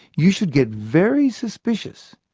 you should get very suspicious,